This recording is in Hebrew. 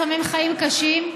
לפעמים חיים קשים,